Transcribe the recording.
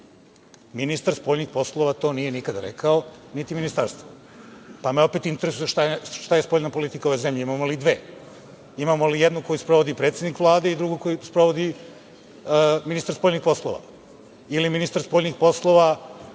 Ministar spoljnih poslova to nije nikada rekao, niti Ministarstvo, pa me opet interesuje šta je spoljna politika ove zemlje? Imamo li dve? Imamo jednu koju sprovodi predsednik Vlade i drugu koju sprovodi ministar spoljnih poslova, ili ministar spoljnih poslova